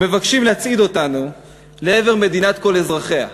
ומבקשים להצעיד אותנו לעבר "מדינת כל אזרחיה",